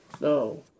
No